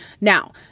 Now